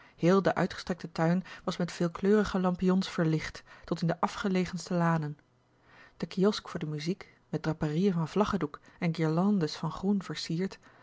heel de uitgestrekte tuin was met veelkleurige lampions verlicht tot in de afgelegenste lanen de kiosk voor de muziek met draperieën van vlaggedoek en guirlandes van groen versierd